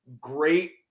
Great